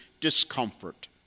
discomfort